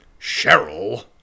Cheryl